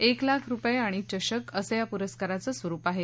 एक लाख रूपये आणि चषक असं या पुरस्काराचं स्वरूप आहे